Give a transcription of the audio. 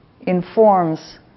informs